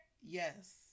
yes